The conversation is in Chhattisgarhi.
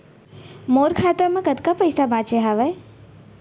मोर खाता मा कतका पइसा बांचे हवय?